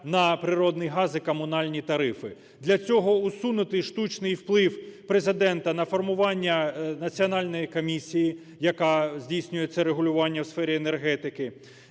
на природний газ і комунальні тарифи. Для цього усунути штучний вплив Президента на формування національної комісії, яка здійснює це регулювання в сфері енергетики.